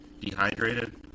dehydrated